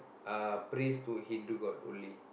uh prays to Hindu god only